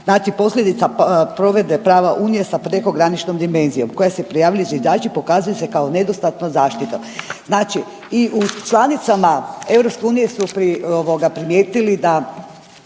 Znači posljedica provedbe prava unije sa prekograničnom dimenzijom koja se prijavljuju zviždači pokazuje se kao nedostatna zaštita. Znači i u članicama EU su ovoga primijetili da